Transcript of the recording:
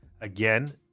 Again